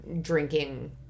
drinking